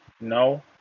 No